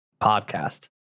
podcast